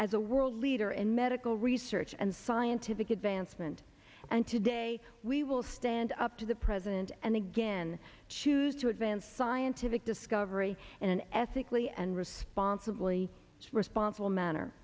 as a world leader in medical research and scientific advancement and today we will stand up to the president and again choose to advance scientific discovery in an ethically and responsibly responsible manner